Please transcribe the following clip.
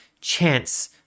chance